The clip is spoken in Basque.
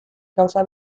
gauza